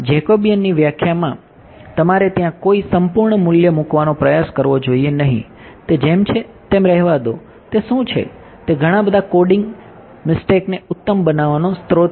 જેકોબિયનની વ્યાખ્યામાં તમારે ત્યાં કોઈ સંપૂર્ણ મૂલ્ય મૂકવાનો પ્રયાસ કરવો જોઈએ નહીં તે જેમ છે તેમ રહેવા દો તે શું છે તે ઘણાં બધાં કોડિંગ મિસ્ટેકને ઉત્તમ બનાવવાનો સ્રોત છે